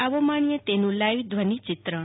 આવો માણીએ તેની લાઈવ ધ્વની ચિત્રણ